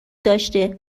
داشته